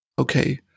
Okay